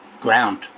ground